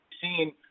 seen